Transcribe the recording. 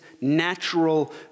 natural